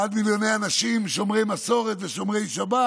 בעד מיליוני אנשים שומרי מסורת ושומרי שבת,